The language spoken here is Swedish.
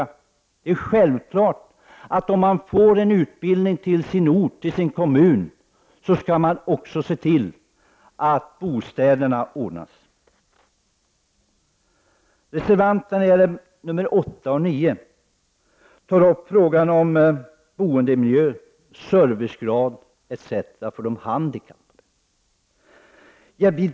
Det är självklart att om man får en utbildning till sin ort i sin kommun skall man också se till att det ordnas bostäder. I reservationerna 8 och 9 tas frågan om boendemiljön, servicegrad osv. för handikappade upp.